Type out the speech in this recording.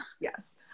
Yes